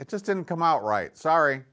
it just didn't come out right sorry